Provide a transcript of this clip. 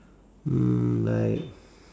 mm like